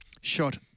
shot